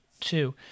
Two